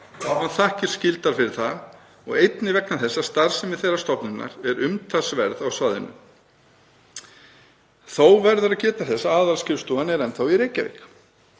og á hann þakkir skildar fyrir það, og einnig vegna þess að starfsemi þeirrar stofnunar er umtalsverð á svæðinu. Þó verður að geta þess að aðalskrifstofan er enn í Reykjavík.